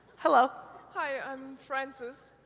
hello. hi, i'm frances.